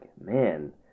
man